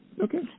Okay